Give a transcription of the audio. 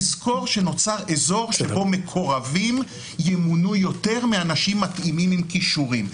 תזכור שנוצר אזור שבו מקורבים ימונו יותר מאנשים מתאימים עם כישורים.